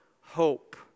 hope